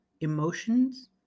emotions